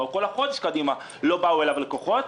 או כל החודש קדימה לא באו אליו לקוחות,